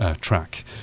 track